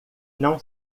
não